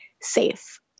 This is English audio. safe